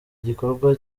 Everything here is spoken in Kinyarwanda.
gikorwa